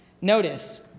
Notice